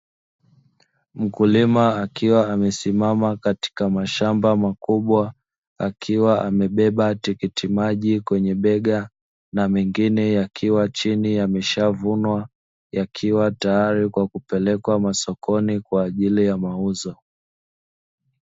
Mkulima akiwa amesimama katika mashamba makubwa akiwa amebeba tikiti maji kwenye bega, na mengine yakiwa chini yameshavunwa yakiwa tayari kwa kupelekwa masokoni kwa ajili ya mauzo.